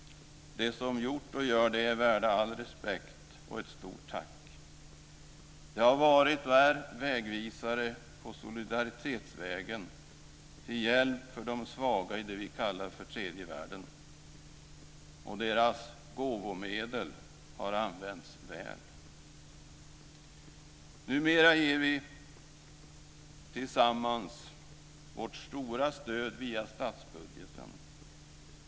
De som har gjort och som gör det är värda all respekt och ett stort tack. De har varit, och är, vägvisare på solidaritetsvägen, till hjälp för de svaga i vad vi kallar för tredje världen och deras gåvomedel har använts väl. Numera ger vi tillsammans vårt stora stöd via statsbudgeten.